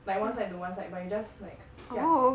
like one side the one side but you just like 这样